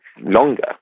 longer